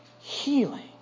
healing